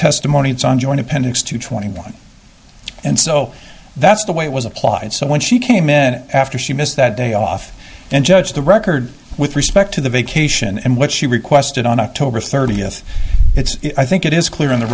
testimony it's on joint appendix two twenty one and so that's the way it was applied so when she came in after she missed that day off and judge the record with respect to the vacation and what she requested on october thirtieth it's i think it is clear in the